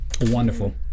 wonderful